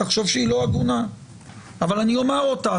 תחשוב שהיא לא הגונה אבל אני אומר אותה.